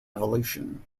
evolution